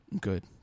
good